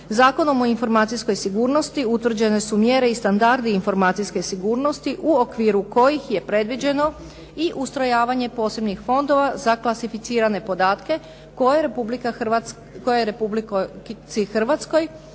Zakonom o informacijskoj sigurnosti utvrđene su mjere i standardi informacijske sigurnosti u okviru kojih je predviđeno i ustrojavanje posebnih fondova za klasificirane podatke koje Republici Hrvatskoj